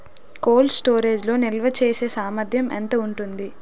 Cold storage లో నిల్వచేసేసామర్థ్యం ఎంత ఉంటుంది?